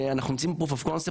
אנחנו נמצאים ב-proof of concept,